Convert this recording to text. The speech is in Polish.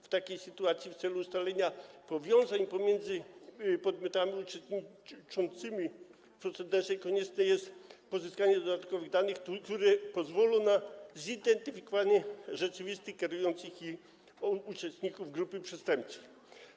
W takiej sytuacji w celu ustalenia powiązań pomiędzy podmiotami uczestniczącymi w procederze konieczne jest pozyskanie dodatkowych danych, które pozwolą na zidentyfikowanie rzeczywistych kierujących i uczestników grupy przestępczej.